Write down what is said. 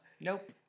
Nope